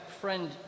friend